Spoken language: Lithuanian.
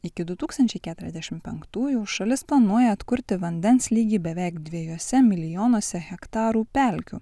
iki du tūkstančiai keturiasdešim penktųjų šalis planuoja atkurti vandens lygį beveik dviejuose milijonuose hektarų pelkių